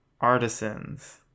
artisans